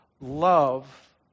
love